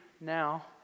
now